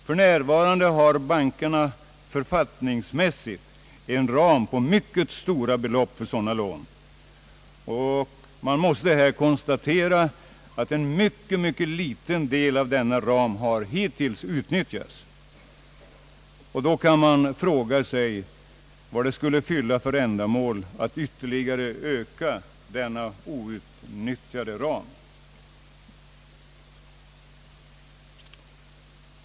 För närvarande har bankerna författningsmässigt en ram på mycket stora belopp för sådana lån, och man måste här konstatera att en mycket liten del av denna ram hittills har utnyttjats. Man kan då fråga sig vad det skulle fylla för ändamål att ytterligare öka denna outnyttjade ram.